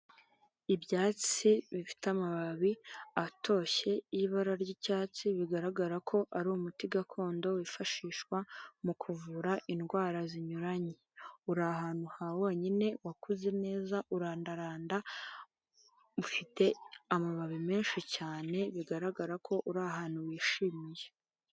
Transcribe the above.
Ibyatsi bifite amababi atoshye y'ibara ry'icyatsi, bigaragara ko ari umuti gakondo wifashishwa mu kuvura indwara zinyuranye, uri ahantu ha wonyine wakuze neza urandaranda, ufite amababi menshi cyane bigaragara ko uri ahantu wishimye.